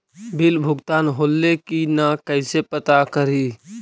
Bill भुगतान होले की न कैसे पता करी?